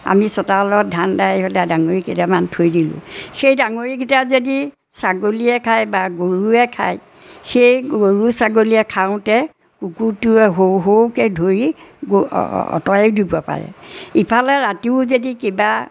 আমি চোতালত ধান দাই হ'লে ডাঙৰি কেইটামান থৈ দিলোঁ সেই ডাঙৰিকেইটা যদি ছাগলীয়ে খায় বা গৰুৱে খায় সেই গৰু ছাগলীয়ে খাওঁতে কুকুৰটোৱে হও হওকৈ ধৰি আঁতৰায়ো দিব পাৰে ইফালে ৰাতিও যদি কিবা